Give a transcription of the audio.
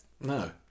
No